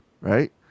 right